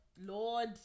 Lord